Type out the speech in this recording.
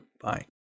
Bye